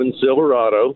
Silverado